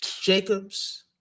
Jacobs